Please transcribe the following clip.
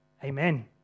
Amen